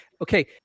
Okay